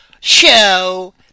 show